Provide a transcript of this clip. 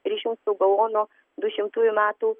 ryšių su gaonu du šimtųjų metų